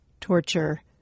torture